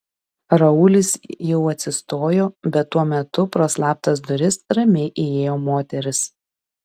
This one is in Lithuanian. raulis jau atsistojo bet tuo metu pro slaptas duris ramiai įėjo moteris